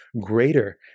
greater